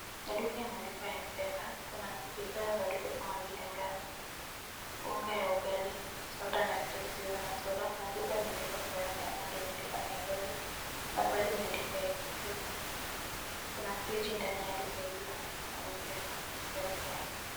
Ni duka imeandikwa M-PESA. Kuna bidhaa za duka kama vile ngano, unga ya ugali, soda na kreti zilizo na soda. Kuna duka imeandikwa Pioneer . Kando imeandikwa Nairobi na pale imeandikwa Express . Kuna friji ndani ya duka hilo na M-PESA katika duka hii.